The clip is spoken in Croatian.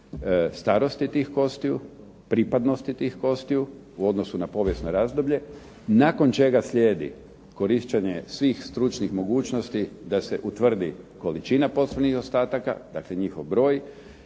starosti tih kostiju, pripadnosti tih kostiju u odnosu na povijesno razdoblje nakon čega slijedi korištenje svih stručnih mogućnosti da se utvrdi količina posmrtnih ostataka, dakle njihov broj